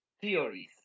theories